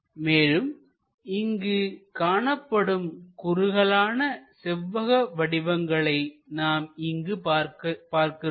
மேலும் இங்கு காணப்படும் குறுகலான செவ்வக வடிவங்களை நாம் இங்கு பார்க்கிறோம்